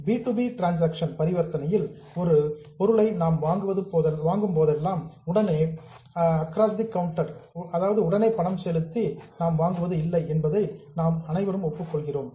P2P transaction பரிவர்த்தனையில் எந்த ஒரு பொருளையும் நாம் வாங்கும் போதெல்லாம் உடனே அக்ராஸ் தி கவுண்டர் பணம் செலுத்தி கவுண்டரில் வாங்குவது இல்லை என்பதை உங்களில் பெரும்பாலானோர் அறிந்திருப்பீர்கள் என்று நான் நினைக்கிறேன்